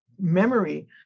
memory